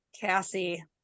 Cassie